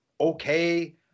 okay